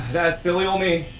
that's silly ol' me!